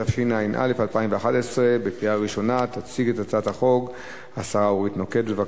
בערובה ומשוחררים על-תנאי ממאסר (הוראת שעה) (תיקון)